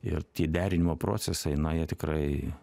ir derinimo procesai na jie tikrai